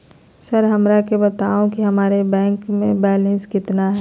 Sir हमरा के बताओ कि हमारे बैंक बैलेंस कितना है?